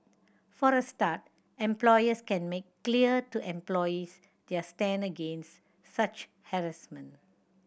for a start employers can make clear to employees their stand against such harassment